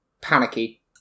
panicky